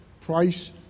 price